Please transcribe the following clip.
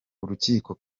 urukiko